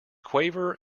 quaver